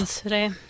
today